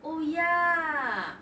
oh ya